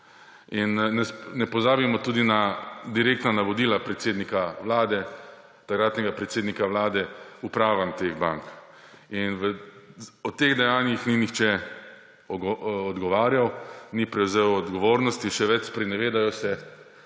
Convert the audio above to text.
In ne pozabimo tudi na direktna navodila takratnega predsednika Vlade upravam teh bank. Za ta dejanja ni nihče odgovarjal, ni prevzel odgovornosti, še več, sprenevedajo se,